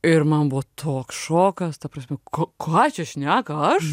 ir man buvo toks šokas ta prasme ką čia šneka aš